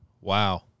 Wow